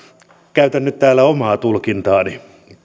käytän nyt täällä omaa tulkintaani